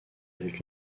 avec